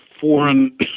foreign